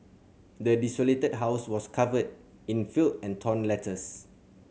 the desolated house was covered in filth and torn letters